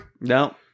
No